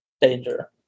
danger